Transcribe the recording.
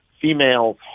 females